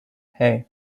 hey